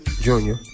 Junior